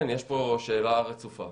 יש פה שאלה רצופה